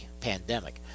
pandemic